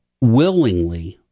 willingly